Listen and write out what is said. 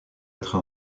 être